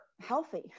healthy